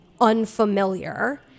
unfamiliar